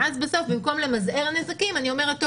ואז בסוף במקום למזער נזקים אני אומרת,